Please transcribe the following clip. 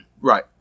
Right